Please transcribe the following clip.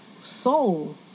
soul